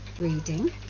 reading